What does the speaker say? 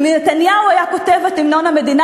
אם נתניהו היה כותב את המנון המדינה,